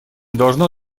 должно